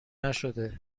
نشده